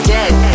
Dead